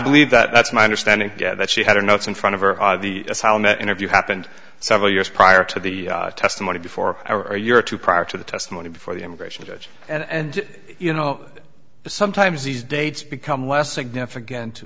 believe that it's my understanding that she had her notes in front of her of the asylum that interview happened several years prior to the testimony before or a year or two prior to the testimony before the immigration judge and you know sometimes these dates become less significant